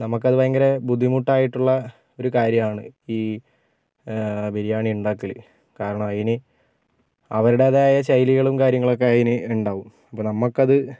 നമുക്കത് ഭയങ്കര ബുദ്ധിമുട്ടായിട്ടുള്ള ഒരു കാര്യമാണ് ഈ ബിരിയാണിയുണ്ടാക്കൽ കാരണം അതിന് അവരുടേതായ ശൈലികളും കാര്യങ്ങളുമൊക്കെ അതിന് ഉണ്ടാകും ഇപ്പം നമുക്കത്